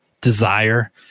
desire